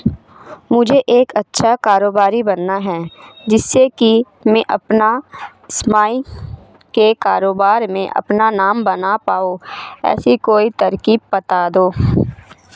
मुझे एक अच्छा कारोबारी बनना है जिससे कि मैं अपना स्वयं के कारोबार में अपना नाम बना पाऊं ऐसी कोई तरकीब पता दो?